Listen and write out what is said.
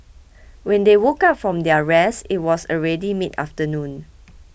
when they woke up from their rest it was already mid afternoon